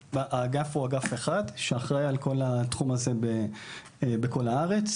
האגף הוא אגף אחד שאחראי על כל התחום הזה בכל הארץ,